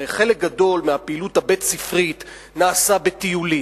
הרי חלק גדול מהפעילות הבית-ספרית נעשה בטיולים,